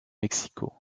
mexico